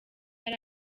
yari